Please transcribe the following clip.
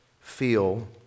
feel